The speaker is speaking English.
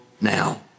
now